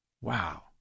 Wow